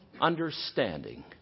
understanding